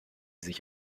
sich